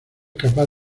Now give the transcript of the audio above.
capaz